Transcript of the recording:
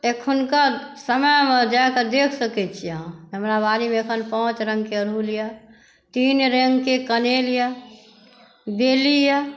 अखनुका समयमे जाके देख सकै छियै अहाँ हमरा बाड़ीमे अखन पाँच रंगके अरहुल यऽ तीन रंगके कनेर यऽ बेली यऽ